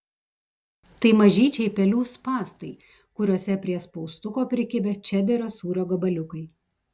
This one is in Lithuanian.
tai mažyčiai pelių spąstai kuriuose prie spaustuko prikibę čederio sūrio gabaliukai